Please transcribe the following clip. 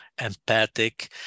empathic